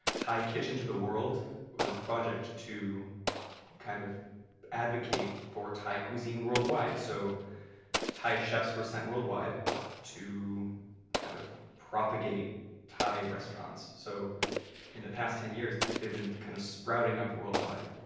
thai kitchen to the world was a project to kind of advocate for thai cuisine worldwide. so thai chefs were sent worldwide to kind of propagate thai restaurants so in the past ten years, they've been kind of sprouting up worldwide.